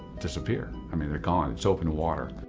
disappear. i mean, they're gone. it's open water.